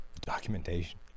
documentation